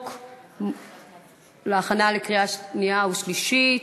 להכנה לקריאה שנייה ושלישית.